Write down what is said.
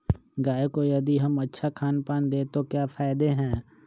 गाय को यदि हम अच्छा खानपान दें तो क्या फायदे हैं?